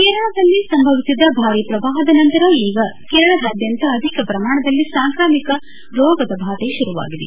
ಕೇರಳದಲ್ಲಿ ಸಂಭವಿಸಿದ ಭಾರಿ ಪ್ರವಾಹದ ನಂತರ ಈಗ ಕೇಋಳದ್ವಾಂತ ಅಧಿಕ ಪ್ರಮಾಣದಲ್ಲಿ ಸಾಂಕ್ರಾಮಿಕ ರೋಗದ ಬಾಧೆ ಶುರುವಾಗಿದೆ